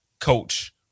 coach